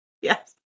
yes